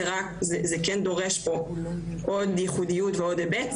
זה כן דורש פה עוד ייחודיות ועוד היבט,